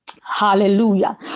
Hallelujah